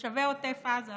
לתושבי עוטף עזה,